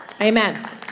Amen